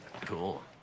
Cool